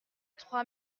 trois